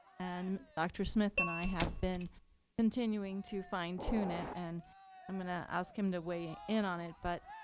and dr. smith and i have been continuing to fine tune it. and i'm going to ask him to weigh in on it. but